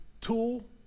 tool